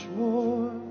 more